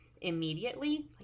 immediately